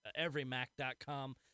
everymac.com